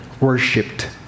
worshipped